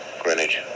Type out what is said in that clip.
Greenwich